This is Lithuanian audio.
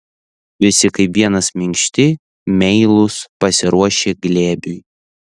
visi kaip vienas minkšti meilūs pasiruošę glėbiui